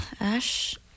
Ash